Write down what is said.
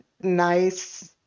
nice